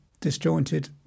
disjointed